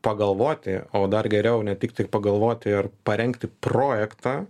pagalvoti o dar geriau ne tik tai pagalvoti ir parengti projektą